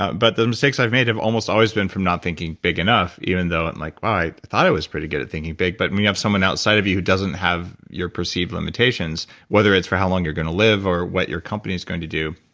but but the mistakes i've made have almost always been from not thinking big enough, even though i'm and like, oh, i thought i was pretty good at thinking big, but when you have someone outside of you who doesn't have your perceived limitations, whether it's for how long you're going to live or what your company's going to do,